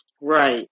Right